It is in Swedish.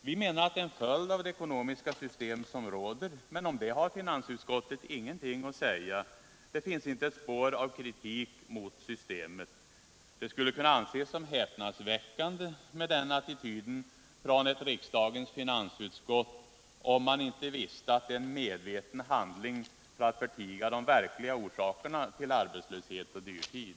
Vi menar att det är en följd av det ekonomiska system som råder, men om det har finansutskottet ingenting att säga; det finns inte ett spår av kritik mot systemet. Den attityden från riksdagens finansutskott skulle kunna anses häpnadsväckande, om man inte visste att det är medveten handling för att förtiga de verkliga orsakerna till arbetslöshet och dyrtid.